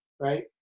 Right